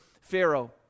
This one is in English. pharaoh